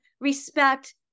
respect